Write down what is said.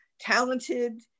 talented